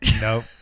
Nope